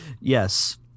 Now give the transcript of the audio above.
Yes